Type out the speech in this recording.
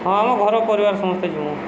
ହଁ ଆମ ଘର ପରିବାର ସମସ୍ତେ ଯିମୁଁ